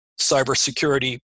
cybersecurity